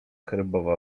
herbowa